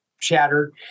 shattered